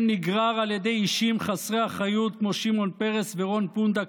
שאליהם נגרר על ידי אישים חסרי אחריות כמו שמעון פרס ורון פונדק,